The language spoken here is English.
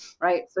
right